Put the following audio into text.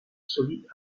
solide